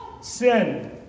Sin